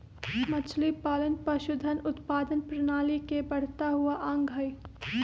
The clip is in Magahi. मछलीपालन पशुधन उत्पादन प्रणाली के बढ़ता हुआ अंग हई